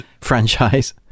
franchise